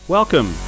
Welcome